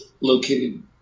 located